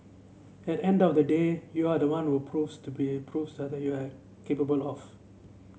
at the end of the day you are the one who proves to be proves what you are capable of